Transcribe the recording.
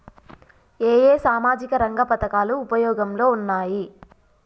ఏ ఏ సామాజిక రంగ పథకాలు ఉపయోగంలో ఉన్నాయి?